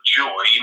joy